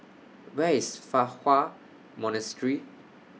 Where IS Fa Hua Monastery